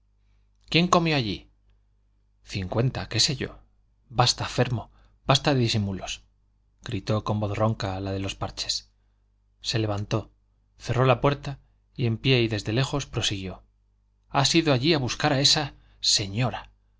quién comió allí cincuenta qué sé yo basta fermo basta de disimulos gritó con voz ronca la de los parches se levantó cerró la puerta y en pie y desde lejos prosiguió has ido allí a buscar a esa señora